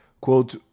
Quote